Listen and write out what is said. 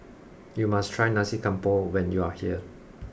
you must try Nasi Campur when you are here